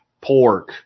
pork